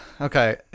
Okay